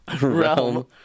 Realm